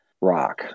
rock